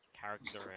character